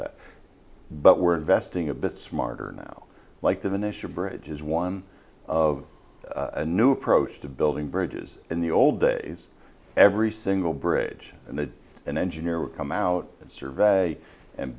that but we're investing a bit smarter now like the national bridges one of a new approach to building bridges in the old days every single bridge and the an engineer would come out and survey and